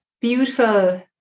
beautiful